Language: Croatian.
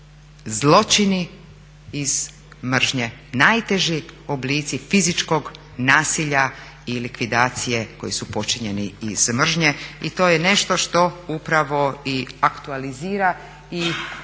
zločini iz mržnje, najteži oblici fizičkog nasilja i likvidacije koji su počinjeni iz mržnje i to je nešto što upravo i aktualizira i